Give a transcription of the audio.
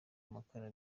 amakara